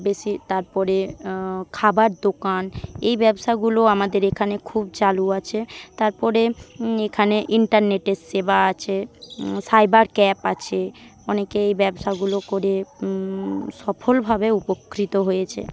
বেশী তারপরে খাবার দোকান এই ব্যবসাগুলো আমাদের এখানে খুব চালু আছে তারপরে এখানে ইন্টারনেটের সেবা আছে সাইবার ক্যাফে আছে অনেকে এই ব্যবসাগুলো করে সফলভাবে উপকৃত হয়েছে